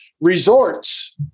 resorts